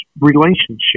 relationship